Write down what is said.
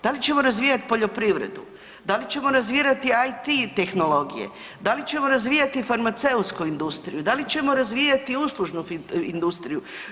Da li ćemo razvijati poljoprivredu, da li ćemo razvijati IT tehnologije, da li ćemo razvijati farmaceutsku industriju, da li ćemo razvijati uslužnu industriju?